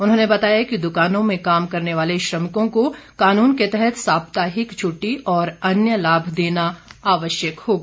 उन्होंने बताया कि दुकानों में काम करने वाले श्रमिकों को कानून के तहत साप्ताहिक छुट्टी और अन्य लाभ देना आवश्यक होगा